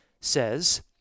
says